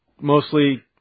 mostly